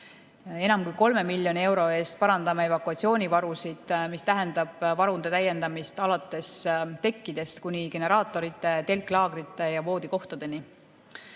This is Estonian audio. Enam kui 3 miljoni euro eest parandame evakuatsioonivarusid, mis tähendab varude täiendamist alates tekkidest kuni generaatorite, telklaagrite ja voodikohtadeni.